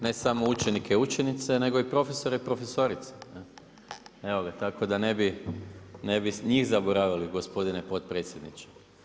Ne samo učenike i učenice nego i profesore i profesorice, tako da ne bih njih zaboraviti, gospodine potpredsjedniče.